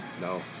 No